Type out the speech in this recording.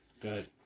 Good